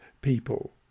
people